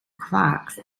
quarks